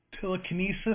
telekinesis